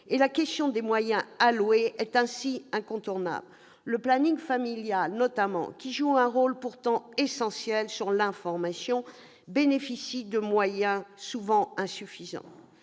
La question des moyens alloués est ainsi incontournable. Le planning familial, qui joue un rôle pourtant essentiel en matière d'information, bénéficie de moyens souvent insuffisants.